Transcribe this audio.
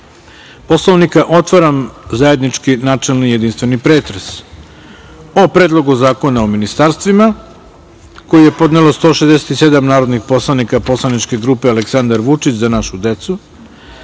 Poslovnika, otvaram zajednički, načelni, jedinstveni pretres o: Predlogu Zakona o ministarstvima, koji je podnelo 167 narodnih poslanika poslaničke grupe „Aleksandar Vučić - za našu decu“,